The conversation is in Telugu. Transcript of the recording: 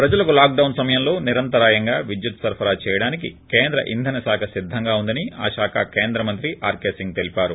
ప్రజలకు లాక్డొన్ సమయంలో నిరంతరాయంగా విద్యుత్ సరఫరా చేయడానికి కేంద్ర ఇంధన శాఖ సిద్దంగా ఉందని ఆ శాఖ కేంద్రమంత్రి ఆర్కే సింగ్ తెలిపారు